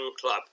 club